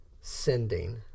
Sending